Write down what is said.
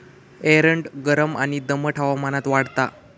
एरंड गरम आणि दमट हवामानात वाढता